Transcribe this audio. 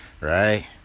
right